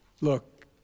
Look